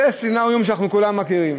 זה סצנריו שאנחנו כולנו מכירים.